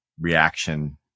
reaction